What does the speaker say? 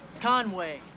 Conway